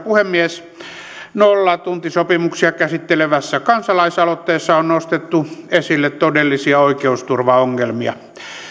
puhemies nollatuntisopimuksia käsittelevässä kansalaisaloitteessa on nostettu esille todellisia oikeusturvaongelmia